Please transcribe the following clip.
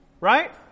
Right